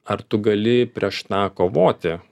ar tu gali prieš na kovoti